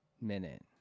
Minute